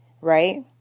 right